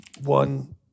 one